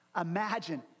imagine